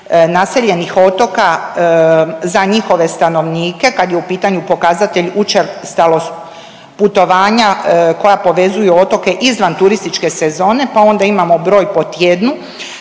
naseljenih otoka za njihove stanovnike kad je u pitanju pokazatelj učestalost putovanja koja povezuju otoke izvan turističke sezone, pa onda imamo broj po tjednu,